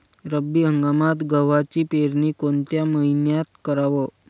रब्बी हंगामात गव्हाची पेरनी कोनत्या मईन्यात कराव?